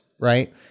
right